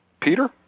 Peter